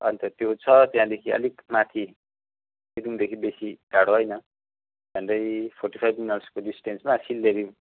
अन्त त्यो छ त्यहाँदेखि अलिक माथि पेदुङदेखि बेसी टाडो होइन झन्डै फोर्टी फाइभ मिनट्सको डिल्टान्समा सिल्लेरी